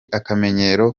akamenyero